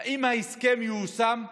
אם ההסכם ייושם,